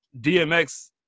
DMX